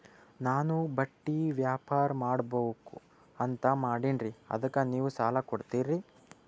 ನಾನು ಬಟ್ಟಿ ವ್ಯಾಪಾರ್ ಮಾಡಬಕು ಅಂತ ಮಾಡಿನ್ರಿ ಅದಕ್ಕ ನೀವು ಸಾಲ ಕೊಡ್ತೀರಿ?